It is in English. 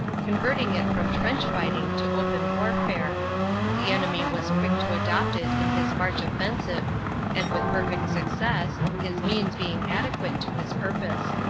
converting it from trench fighting to open warfare the enemy was quick to adopt it in his march offensive and with perfect success, his means being adequate to his purpose.